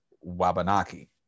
Wabanaki